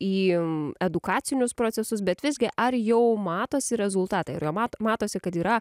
į edukacinius procesus bet visgi ar jau matosi rezultatai ar mat matosi kad yra